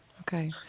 Okay